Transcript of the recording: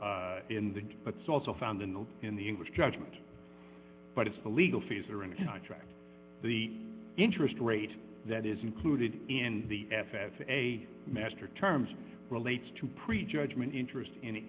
in the butts also found in the in the english judgment but it's the legal fees are in a contract the interest rate that is included in the f a master terms relates to prejudgment interest in